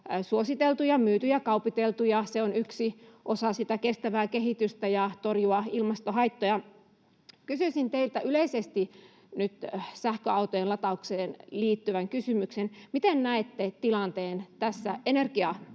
suositeltu ja myyty ja kaupiteltu ja se on yksi osa sitä kestävää kehitystä ja ilmastohaittojen torjumista, niin kysyisin teiltä yleisesti nyt sähköautojen lataukseen liittyvän kysymyksen. Miten näette tilanteen tässä